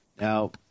Now